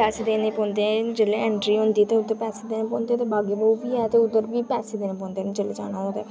पैसे देने पौंदे ते जेल्लै एंट्री देनी पौंदी ते पैसे देना पौंदे ते बागे बाहु बी ऐ ते उद्धर बी पैसे देना पौंदे जेल्लै जाना होऐ